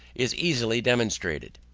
is easily demonstrated.